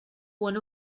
one